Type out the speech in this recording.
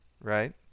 right